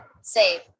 save